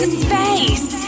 space